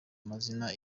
amazina